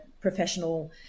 professional